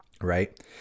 right